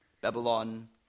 Babylon